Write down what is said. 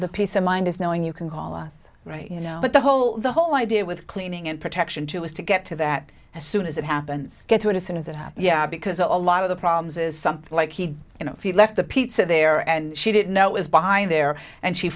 the peace of mind is knowing you can call us right you know but the whole the whole idea with cleaning and protection too is to get to that as soon as it happens get to it as soon as it happens yeah because a lot of the problems is something like he you know if you left the pizza there and she didn't know it was behind there and she